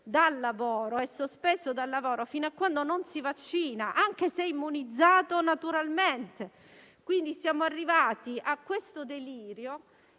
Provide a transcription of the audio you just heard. estromesso e sospeso dal lavoro fino a quando non si vaccina, anche se immunizzato naturalmente. Siamo arrivati a questo delirio